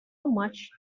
much